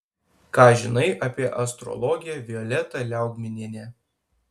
ką žinai apie astrologę violetą liaugminienę